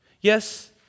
Yes